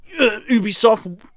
Ubisoft